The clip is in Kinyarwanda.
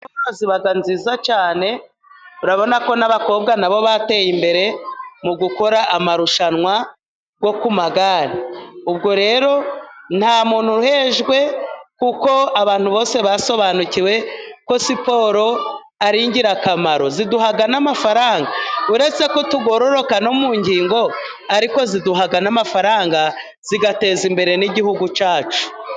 Siporo ziba nziza cyane ,urabona ko n'abakobwa na bo bateye imbere mu gukora amarushanwa yo ku magare ,ubwo rero nta muntu uhejwe kuko abantu bose basobanukiwe ko siporo ari ingirakamaro, ziduha n'amafaranga uretse ko tugororoka no mu ngingo ,ariko ziduha n'amafaranga zigateza imbere n'igihugu cyacu.